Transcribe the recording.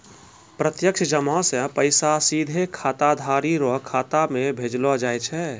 प्रत्यक्ष जमा से पैसा सीधे खाताधारी रो खाता मे भेजलो जाय छै